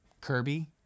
kirby